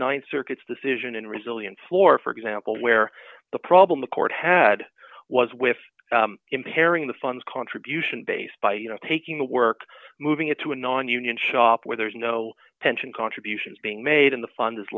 th circuit's decision in resilience floor for example where the problem the court had was with him pairing the funds contribution based by you know taking the work moving it to a nonunion shop where there's no pension contributions being made in the fund is